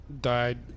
died